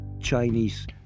Chinese